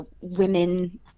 women